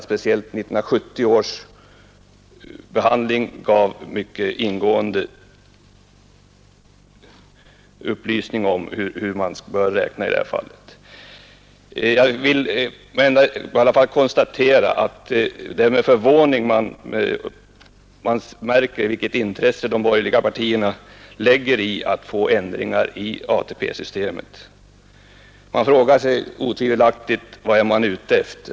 Speciellt 1970 års behandling gav en mycket ingående belysning av frågan. Jag vill bara konstatera att det är med förvåning man märker vilket intresse de borgerliga partierna visar för att få till stånd ändringar i ATP-systemet. Man frågar sig osökt vad de borgerliga partierna här egentligen är ute efter.